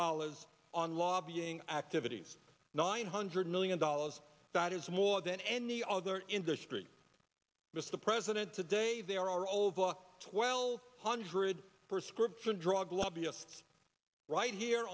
dollars on lobbying activities nine hundred million dollars that is more than any other industry mr president today there are over twelve hundred per script for drug lobbyist right here